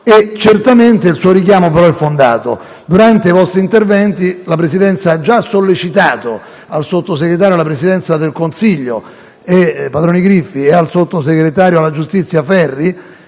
Certamente però il suo richiamo è fondato. Durante i vostri interventi la Presidenza ha già rappresentato al sottosegretario alla Presidenza del Consiglio Patroni Griffi e al sottosegretario alla giustizia Ferri